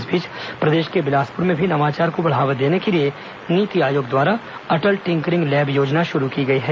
इस बीच प्रदेश के बिलासपुर में भी नवाचार को बढ़ावा देने के लिए नीति आयोग द्वारा अटल टिकरिंग लैब योजना शुरू की गई है